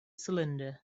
cylinder